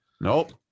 Nope